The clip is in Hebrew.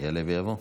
יעלה ויבוא.